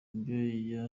nabyo